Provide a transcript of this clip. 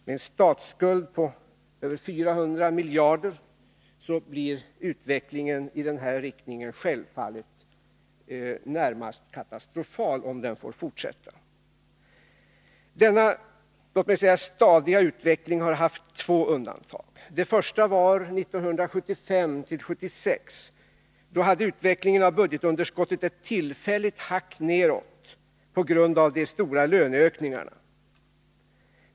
Med en statsskuld på över 400 miljarder kronor blir utvecklingen i den här riktningen självfallet närmast katastrofal om den får fortsätta. Denna stadiga utveckling har haft två undantag. Det första var 1975/76. Då hade utvecklingen av budgetunderskottet ett tillfälligt hack nedåt på grund av de stora löneökningarna.